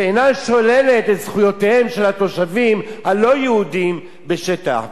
והיא אינה שוללת את זכויותיהם של התושבים הלא-יהודים בשטח,